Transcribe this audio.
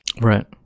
Right